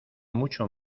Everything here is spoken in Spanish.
mucho